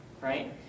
Right